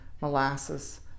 molasses